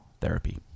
therapy